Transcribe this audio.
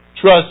Trust